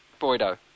Boydo